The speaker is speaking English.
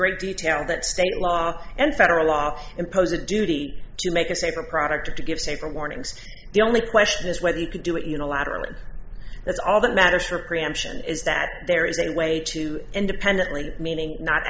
great detail that state law and federal law impose a duty to make a safer product or to give safer warnings the only question is whether you could do it unilaterally that's all that matters for preemption is that there is a way to independently meaning not